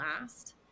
last